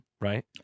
Right